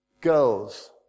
girls